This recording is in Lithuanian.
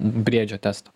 briedžio testo